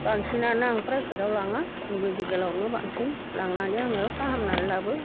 बांसिनानो आं पराइभेआव लाङो मिडिकेलावनो बांसिन लांनानै आङो फाहामनानैलाबो